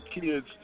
kids